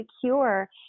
secure